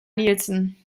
nielson